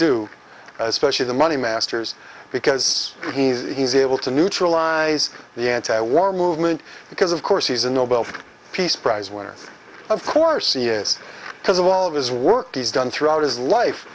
do especially the money masters because he's he's able to neutralize the anti war movement because of course he's a nobel peace prize winner of course he is because of all of his work he's done throughout his life